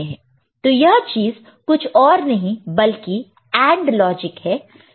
तो यह चीज कुछ और नहीं बल्कि AND लॉजिक है